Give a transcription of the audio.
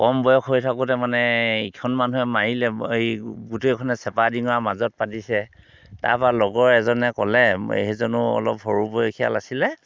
কম বয়স হৈ থাকোঁতে মানে ইখন মানুহে মাৰিলে এই গোটেইখনে চেপা দিঙৰা মাজত পাতিছে তাৰ পৰা লগৰ এজনে ক'লে সেইজনো অলপ সৰু বয়সীয়াল আছিলে